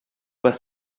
pas